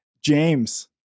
James